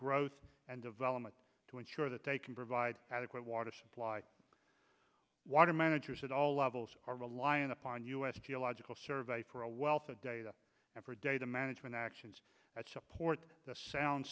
growth and development to ensure that they can provide adequate water supply water managers at all levels are reliant upon us geological survey for a wealth of data for data management actions that support the sound